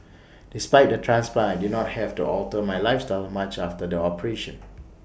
despite the transplant I did not have to alter my lifestyle much after the operation